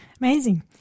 Amazing